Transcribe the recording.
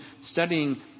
studying